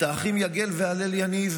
את האחים יגל והלל יניב,